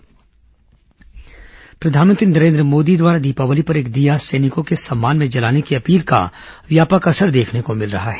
राजनांदगांव दीपदान प्रधानमंत्री नरेन्द्र मोदी द्वारा दीपावली पर एक दीया सैनिकों के सम्मान में जलाने की अपील का व्यापक असर देखने को मिल रहा है